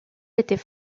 était